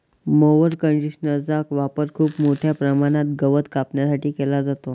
mower कंडिशनरचा वापर खूप मोठ्या प्रमाणात गवत कापण्यासाठी केला जातो